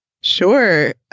Sure